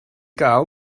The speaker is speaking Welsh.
gael